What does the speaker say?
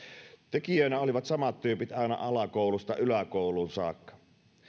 tekijöinä olivat samat tyypit aina alakoulusta yläkouluun saakka